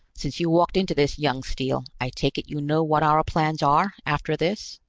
since you walked into this, young steele, i take it you know what our plans are, after this?